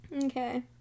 Okay